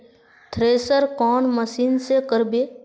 Thresher कौन machine से करबे?